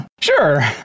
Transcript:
Sure